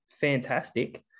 fantastic